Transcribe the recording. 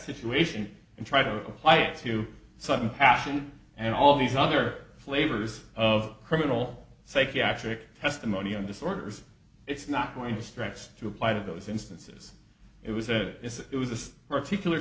situation and try to apply it to sudden passion and all these other flavors of criminal psychiatric testimony on disorders it's not going to stress to apply those instances it was it is it was this particular